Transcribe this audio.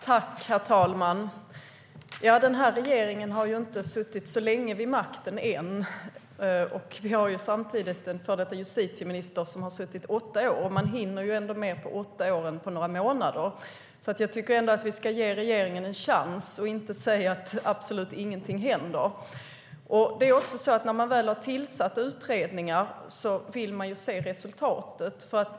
Herr talman! Den nuvarande regeringen har inte suttit vid makten särskilt länge. Samtidigt har vi en före detta justitieminister som suttit vid makten i åtta år. Man hinner mer på åtta år än på några månader. Jag tycker därför att vi ska ge regeringen en chans och inte säga att absolut ingenting händer. När man väl har tillsatt utredningarna vill man se resultatet.